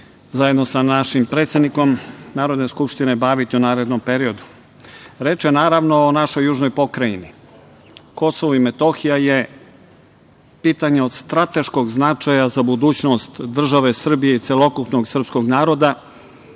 zajedno sa našim predsednikom Narodne skupštine baviti u narednom periodu. Reč je naravno o našoj južnoj pokrajini. Kosovo i Metohija je pitanje od strateškog značaja za budućnost države Srbije i celokupnog srpskog naroda